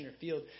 field